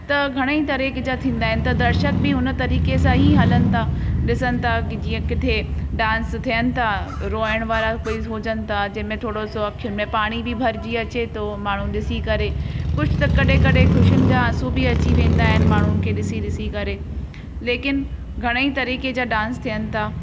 त घणेई तरीक़ा जा थींदा आहिनि त दर्शक बि हुन तरीक़े सां ई हलनि था ॾिसनि था कि जीअं किथे डांस थिअनि था रोयण वारा कोई हुजनि था जंहिं में थोरोसो अखियुनि में पाणी बि भरिजी अचे थो माण्हू ॾिसी करे कुझु त कॾहिं कॾहिं ख़ुशियुनि जा आसूं बि अची वेंदा आहिनि माण्हुनि खे ॾिसी ॾिसी करे लेकिनि घणेई तरीक़े जा डांस थियनि था